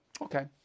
Okay